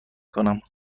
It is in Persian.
کنم